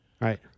Right